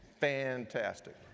fantastic